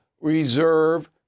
reserve